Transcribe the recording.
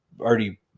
already